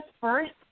first